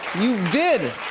you did.